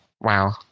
Wow